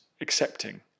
accepting